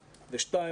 ושנית,